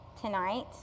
tonight